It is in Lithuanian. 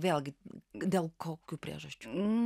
vėlgi dėl kokių priežasčių